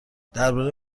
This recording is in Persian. درباره